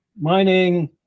mining